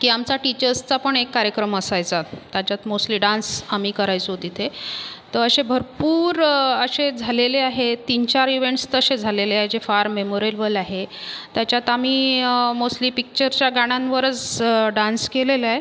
की आमचा टीचर्सचा पण एक कार्यक्रम असायचा त्याच्यात मोस्टली डान्स आम्ही करायचो तिथे तर असे भरपूर असे झालेले आहे तीन चार इव्हेंट्स तसे झालेले आहे जे फार मेमोरेबल आहे त्याच्यात आम्ही मोस्टली पिक्चरच्या गाण्यांवरच डान्स केलेला आहे